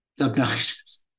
obnoxious